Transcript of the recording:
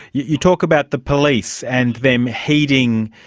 you talk about the police and them heeding,